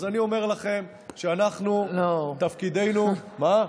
אז אני אומר לכם, אנחנו, תפקידנו, לא.